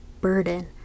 burden